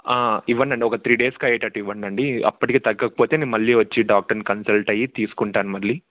ఇవ్వండి ఒక త్రీ డేస్కి అయ్యేటట్టు ఇవ్వండి అప్పటికీ తగ్గకపోతేే మళ్ళీ వచ్చి డాక్టర్ని కన్సల్ట్ అయి తీసుకుంటాను మళ్ళీ